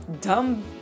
dumb